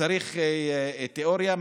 צריך תיאוריה,